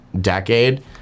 decade